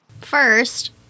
First